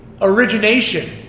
origination